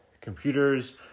computers